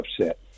upset